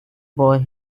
boy